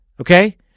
okay